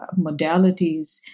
modalities